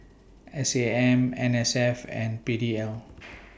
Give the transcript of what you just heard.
S A M N S F and P D L